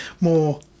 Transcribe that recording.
more